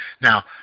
now